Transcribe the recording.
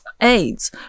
aids